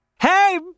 Hey